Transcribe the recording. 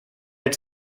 red